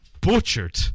butchered